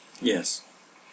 Yes